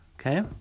Okay